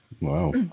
Wow